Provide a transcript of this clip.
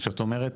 כשאת אומרת